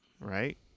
Right